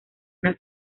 una